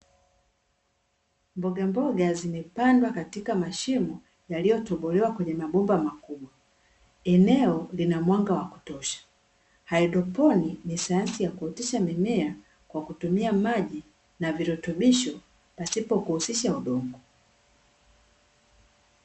Mbogamboga zimepandwa katika mashimo yaliyotobolewa kwenye mabomba makubwa, eneo lina mwanga wa kutosha. Haidroponi ni sayansi ya kuotesha mimea kwa kutumia maji ya virutubisho pasipo kuhusisha udongo.